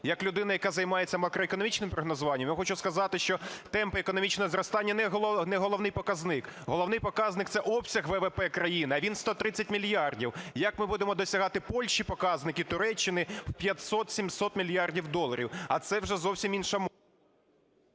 Як людина, яка займається макроекономічним прогнозуванням, я хочу сказати, що темпи економічного зростання не головний показник, головний показник – це обсяг ВВП країни, а він 130 мільярдів. Як ми будемо досягати Польщі показники, Туреччини в 500-700 мільярдів доларів? А це вже зовсім інша…